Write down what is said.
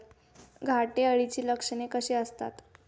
घाटे अळीची लक्षणे कशी असतात?